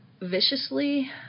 viciously